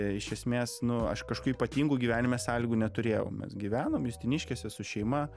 iš esmės nu aš kažkokių ypatingų gyvenime sąlygų neturėjau mes gyvenom justiniškėse su šeima